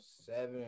seven